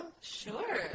sure